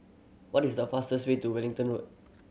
what is the fastest way to Wellington Road